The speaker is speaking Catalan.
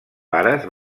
pares